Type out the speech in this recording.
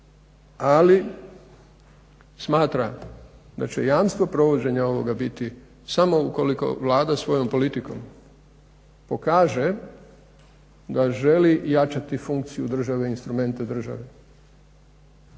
ali smatra da će jamstvo provođenja ovoga biti samo ukoliko Vlada svojom politikom pokaže da želi jačati funkciju države i instrumente države.